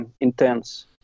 intense